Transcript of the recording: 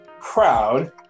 proud